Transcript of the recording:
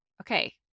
Okay